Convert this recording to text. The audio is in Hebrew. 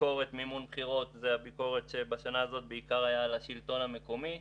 ביקורת מימון בחירות בשנה הזאת הביקורת הייתה בעיקר על השלטון המקומי,